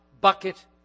bucket